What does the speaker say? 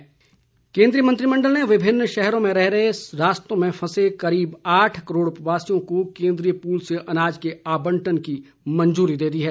केंद्रीय मंत्रिमण्डल केंद्रीय मंत्रिमंडल ने विभिन्न शहरों में रह रहे और रास्तों में फंसे करीब आठ करोड प्रवासियों को केन्द्रीय पूल से अनाज के आवंटन की मंजूरी दे दी है